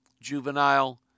Juvenile